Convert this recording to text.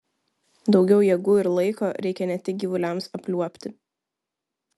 daugiau jėgų ir laiko reikia ne tik gyvuliams apliuobti